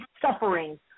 suffering